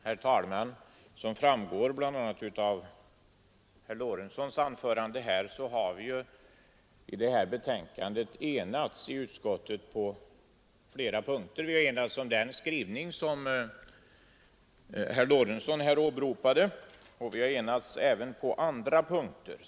Herr talman! Som framgår bl.a. av herr Lorentzons anförande har vi i utskottet kunnat ena oss i detta betänkande.